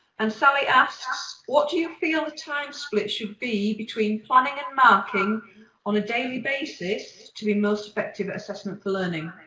and sally asks what do you feel the time split should be between planning and marking on a daily basis to be the most effective assessment for learning.